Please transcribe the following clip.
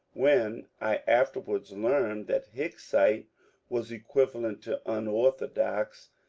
when i afterwards learned that hicksite was equivalent to unorthodox,